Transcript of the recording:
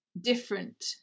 different